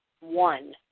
one